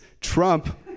Trump